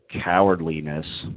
cowardliness